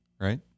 right